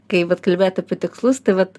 kai vat kalbėt apie tikslus tai vat